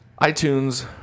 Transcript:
iTunes